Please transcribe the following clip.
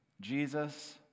Jesus